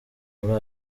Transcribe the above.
muri